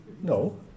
No